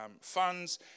funds